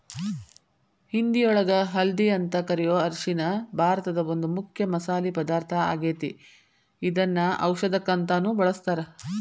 ಹಿಂದಿಯೊಳಗ ಹಲ್ದಿ ಅಂತ ಕರಿಯೋ ಅರಿಶಿನ ಭಾರತದ ಒಂದು ಮುಖ್ಯ ಮಸಾಲಿ ಪದಾರ್ಥ ಆಗೇತಿ, ಇದನ್ನ ಔಷದಕ್ಕಂತಾನು ಬಳಸ್ತಾರ